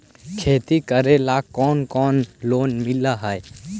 खेती करेला कौन कौन लोन मिल हइ?